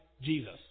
Jesus